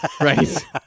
Right